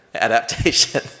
adaptation